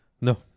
no